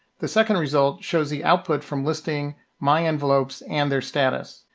the second result shows the output from listing my envelopes and their status.